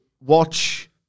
watch